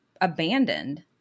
abandoned